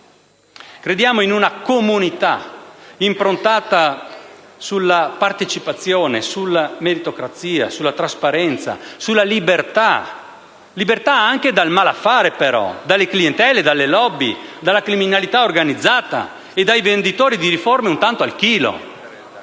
Crediamo in una comunità improntata sulla partecipazione, sulla meritocrazia, sulla trasparenza, sulla libertà; libertà anche dal malaffare però, dalle clientele, dalle *lobby*, dalla criminalità organizzata e dai venditori di riforme "un tanto al chilo".